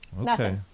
Okay